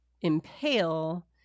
impale